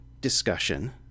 discussion